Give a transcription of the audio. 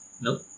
Nope